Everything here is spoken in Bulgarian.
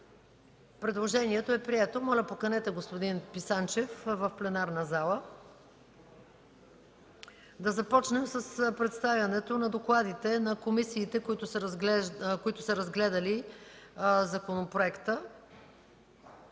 Предложението е прието. Моля, поканете господин Писанчев в пленарната зала. Да започнем с представянето на докладите на комисиите, които са разгледали законопроекта.